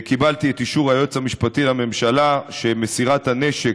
קיבלתי את אישור היועץ המשפטי לממשלה שמי שמוסר הנשק,